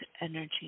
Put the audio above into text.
energy